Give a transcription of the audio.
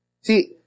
See